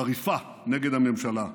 חריפה, נגד הממשלה,